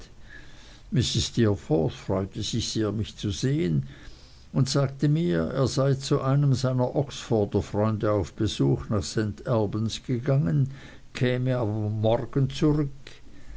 steerforth freute sich sehr mich zu sehen und sagte mir er sei zu einem seiner oxforder freunde auf besuch nach saint albans gegangen käme aber morgen zurück